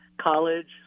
college